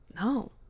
no